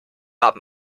haben